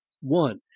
One